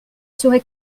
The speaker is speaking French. serai